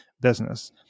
business